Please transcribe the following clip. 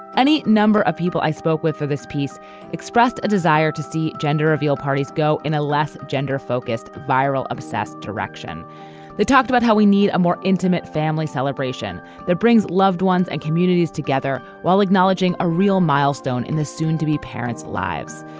any number of people i spoke with for this piece expressed a desire to see gender reveal parties go in a less gender focused viral obsessed direction they talked about how we need a more intimate family celebration that brings loved ones and communities together while acknowledging a real milestone in the soon be parents lives.